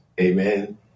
Amen